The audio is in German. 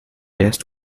erst